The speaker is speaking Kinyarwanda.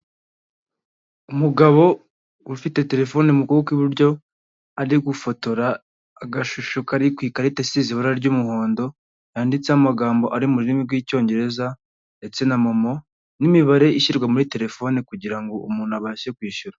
Umugabo ufite telefone mu kuboko kw'iburyo, ari gufotora agashusho kari ku ikarita isize ibara ry'umuhondo, yanditseho amagambo ari mu rurimi rw'icyongereza ndetse na MOMO, n'imibare ishyirwa muri telefoni kugira ngo umuntu abashe kwishyura.